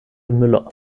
müller